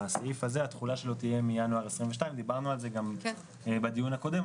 הסעיף הזה התחולה שלו תהיה מינואר 22'. דיברנו על זה גם בדיון הקודם,